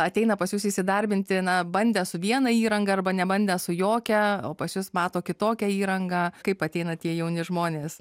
ateina pas jus įsidarbinti na bandę su viena įranga arba nebandė su jokia o pas jus mato kitokią įrangą kaip ateina tie jauni žmonės